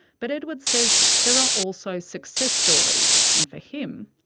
but edward says there are also success stories, and for him,